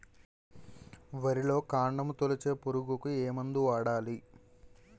వరిలో కాండము తొలిచే పురుగుకు ఏ మందు వాడాలి?